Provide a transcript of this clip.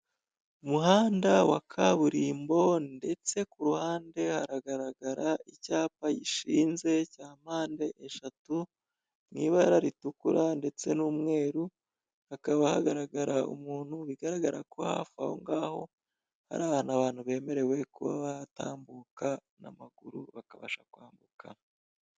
Umuhanda wa kaburimbo ndetse ku ruhande haragaragara icyapa gishinze, cya mpande eshatu mu ibara ritukura ndetse n'umweru, hakaba hagaragara umuntu bigaragara ko hafi ahongaho, ari ahantu abantu bemerewe kuhatambuka n'amaguru bakabasha kwambuka.